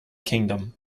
kingdom